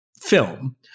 film